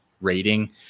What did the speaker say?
rating